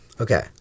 Okay